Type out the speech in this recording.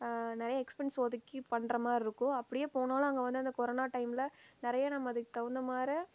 நிறைய எக்ஸ்பென்ஸ் ஒதுக்கி பண்ணுற மாரிருக்கும் அப்படியே போனாலும் அங்கே வந்து அந்த கொரோனா டைமில் நிறையா நம்ம அதுக்கு தகுந்த மாரி